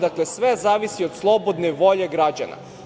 Dakle, sve zavisi od slobodne volje građana.